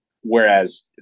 whereas